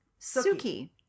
Suki